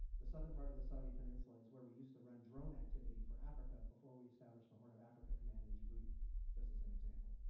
the southern part of the saudi peninsula is where we used to run drone activity for africa before we established the horn of africa command in djibouti just as an example.